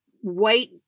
white